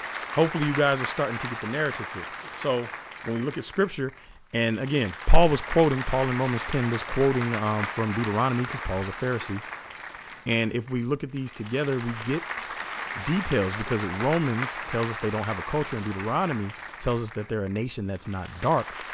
hopefully you guys are starting to get the narrative here so when we look at scripture and again paul was quoting paul in romans ten was quoting from deuteronomy because paul is a pharisee and if we look at these together we get details because romans tells us they don't have a culture and deuteronomy tells us that they're a nation that's not dark